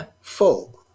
full